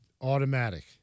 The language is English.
Automatic